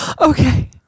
Okay